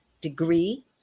degree